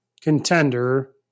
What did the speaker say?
contender